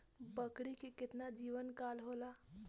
बकरी के केतना जीवन काल होला?